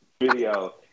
video